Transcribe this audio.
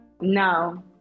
No